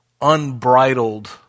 unbridled